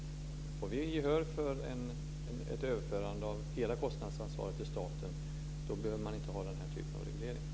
Men det är riktigt att om vi får gehör för ett överförande av hela kostnadsansvaret till staten behöver man inte ha den här typen av reglering.